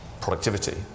productivity